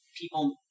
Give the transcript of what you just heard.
people